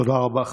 תודה רבה.